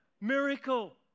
miracle